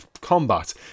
combat